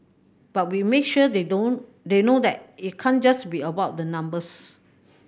but we make sure they know they know that it can't just be about the numbers